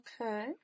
Okay